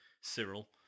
Cyril